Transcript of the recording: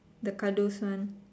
the kados one